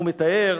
הוא מתאר